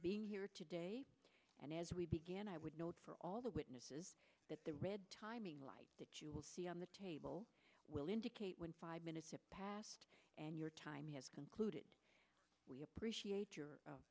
being here today and as we begin i would note for all the witnesses that the red timing light that you will see on the table will indicate when five minutes have passed and your time has concluded we appreciate your